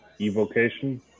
evocation